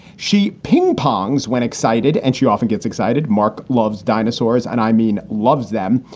she ping pongs when excited and she often gets excited. marc loves dinosaurs and i mean loves them.